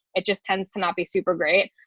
it just tends to not be super great.